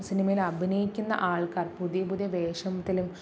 സിനിമയിൽ അഭിനയിക്കുന്ന ആൾക്കാർ പുതിയ പുതിയ വേഷത്തിലും